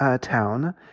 town